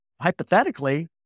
hypothetically